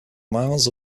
miles